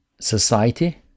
society